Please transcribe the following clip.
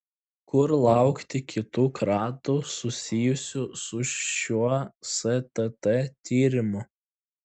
kur laukti kitų kratų susijusių su šiuo stt tyrimu